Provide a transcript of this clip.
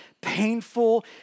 painful